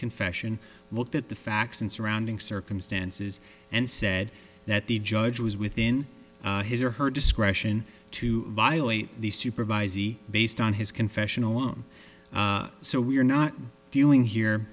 confession looked at the facts in surrounding circumstances and said that the judge was within his or her discretion to violate the supervisee based on his confession alone so we are not dealing here